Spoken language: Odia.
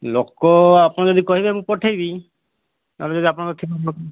ଲୋକ ଆପଣ ଯଦି କହିବେ ମୁଁ ପଠେଇବି ତାହେଲେ ଯଦି ଆପଣ